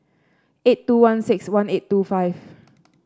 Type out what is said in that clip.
eight two one six one eight two five